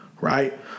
right